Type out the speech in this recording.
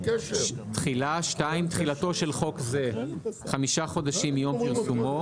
תחילה 2. תחילתו של חוק זה חמישה חודשים מיום פרסומו.